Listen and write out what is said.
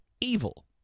evil